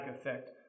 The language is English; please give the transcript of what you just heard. effect